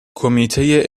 کمیته